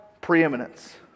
preeminence